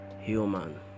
human